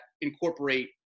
incorporate